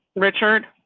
richard.